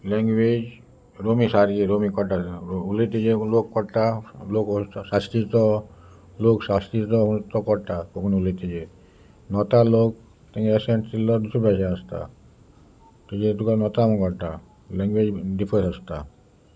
language रोमी सारके रोमी कळटा उलयतचे लोक कळटा लोक शाश्टीचो लोक शाश्टीचो तो कळटा कोंकणी उलयतचेे नोर्था लोक तेंगे एशेंल्लो दुसरे भाशे आसता तेजेर तुका नोर्था कळटा लँंग्वेज डिफरस आसता